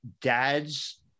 dads